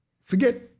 forget